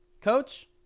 Coach